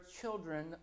children